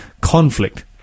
conflict